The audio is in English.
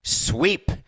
Sweep